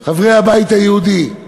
חברי הבית היהודי.